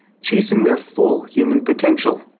chasing their full human potential?